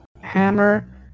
hammer